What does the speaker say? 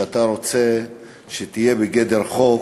שאתה רוצה שתהיה בגדר חוק,